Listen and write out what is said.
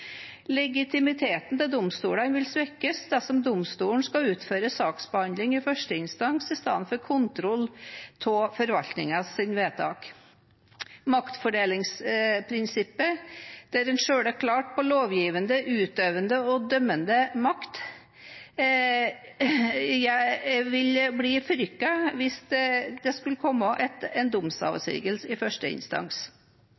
Legitimiteten til domstolene vil svekkes dersom domstolene skal utføre saksbehandling i første instans istedenfor kontroll av forvaltningens vedtak. Maktfordelingsprinsippet, der en skiller klart mellom lovgivende, utøvende og dømmende makt, vil bli forrykket hvis det skulle komme en